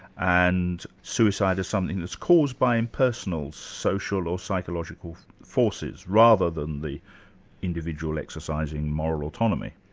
and suicide is something that's caused by impersonal, social or psychological forces, rather than the individual exercising moral autonomy.